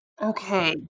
Okay